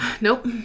Nope